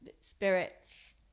spirits